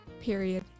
Period